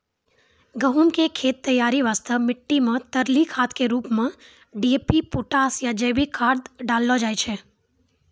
गहूम के खेत तैयारी वास्ते मिट्टी मे तरली खाद के रूप मे डी.ए.पी पोटास या जैविक खाद डालल जाय छै